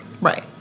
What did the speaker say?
right